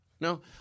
No